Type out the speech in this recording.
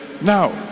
Now